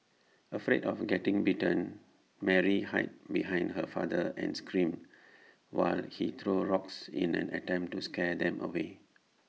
afraid of getting bitten Mary hid behind her father and screamed while he threw rocks in an attempt to scare them away